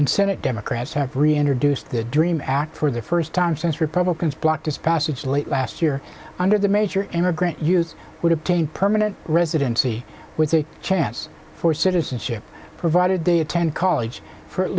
senate democrats have reintroduced the dream act for the first time since republicans blocked its passage late last year under the major immigrant years would obtain permanent residency with a chance for citizenship provided they attend college for at